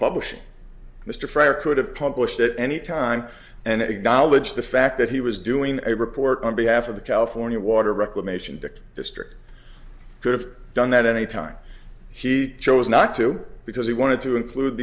publishing mr fryer could have published at any time and acknowledged the fact that he was doing a report on behalf of the california water reclamation dicked district i could've done that any time he chose not to because he wanted to include